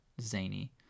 zany